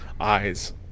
eyes